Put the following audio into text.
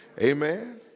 amen